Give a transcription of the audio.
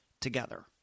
together